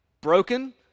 broken